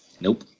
Nope